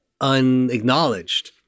unacknowledged